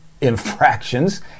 infractions